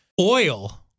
Oil